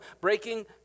breaking